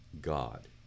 God